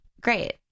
great